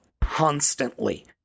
constantly